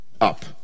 up